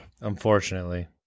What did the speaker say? Unfortunately